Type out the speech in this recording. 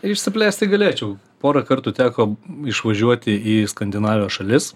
išsiplėsti galėčiau porą kartų teko išvažiuoti į skandinavijos šalis